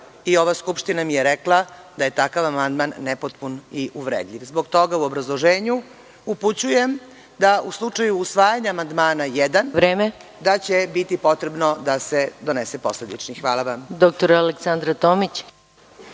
i ova Skupština mi je rekla da je takav amandman nepotpun i uvredljiv. Zbog toga u obrazloženju upućujem da u slučaju usvajanja amandmana 1, da će biti potrebno da se donese posledični. Hvala.